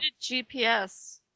GPS